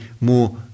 more